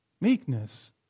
meekness